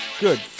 Good